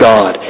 God